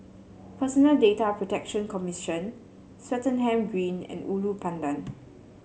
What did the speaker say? Personal Data Protection Commission Swettenham Green and Ulu Pandan